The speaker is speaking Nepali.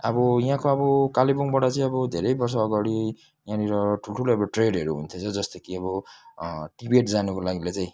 अब यहाँको अब कालेबुङबाट चाहिँ अब धेरै वर्ष अगाडि यहाँनेर ठुल्ठुलो ट्रेडहरू हुने थिएछ जस्तो कि अब तिब्बत जानको लागि चाहिँ